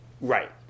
Right